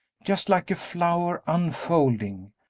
just like a flower unfolding.